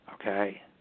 okay